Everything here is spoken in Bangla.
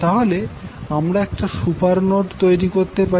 তাহলে আমরা একটা সুপার নোড তৈরি করতে পারি